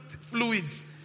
fluids